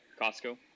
Costco